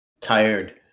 Tired